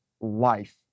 life